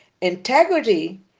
Integrity